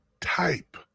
type